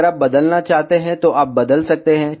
अगर आप बदलना चाहते हैं तो आप बदल सकते हैं